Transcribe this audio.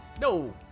No